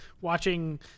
watching